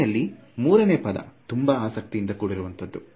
ಕೊನೆಯಲ್ಲಿ ಮೂರನೇ ಪದ ತುಂಬಾ ಆಸಕ್ತಿಯಿಂದ ಕೂಡಿರುವಂತದ್ದು